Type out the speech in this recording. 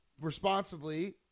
Responsibly